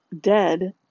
dead